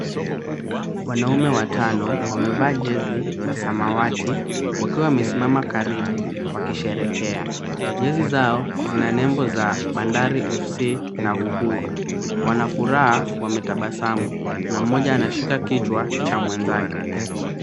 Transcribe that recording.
Wanaume watano, wameva jezi, za samawati, wakiwa wamesimama karibu, wakisherehekea. Jezi zao zina nembo za bandari FC na uhuru. Wana furaha wametabasamu, na mmoja anashika kichwa cha mwenzake.